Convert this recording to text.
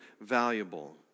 valuable